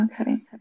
Okay